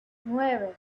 nueve